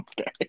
okay